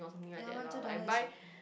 ya one two dollar is okay